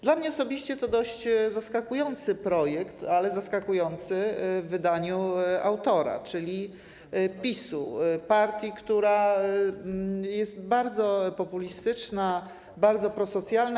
Dla mnie osobiście to dość zaskakujący projekt, ale zaskakujący w wydaniu autora, czyli PiS, partii, która jest bardzo populistyczna, bardzo prosocjalna.